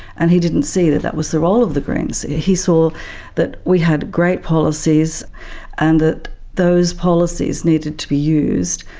and he didn't see that that was the role of the greens. he saw that we had great policies and that those policies needed to be used,